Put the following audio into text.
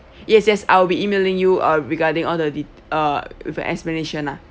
yes yes I'll be emailing you uh regarding all the det~ uh with an explanation lah